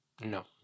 No